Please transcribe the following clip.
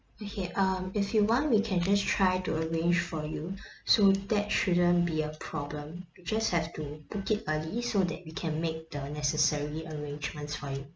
okay um if you want we can just try to arrange for you so that shouldn't be a problem just have to book it early so that we can make the necessary arrangements for you